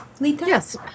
Yes